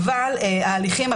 אבל זה לוקח המון זמן,